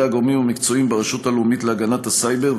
הגורמים המקצועיים ברשות הלאומית להגנת הסייבר,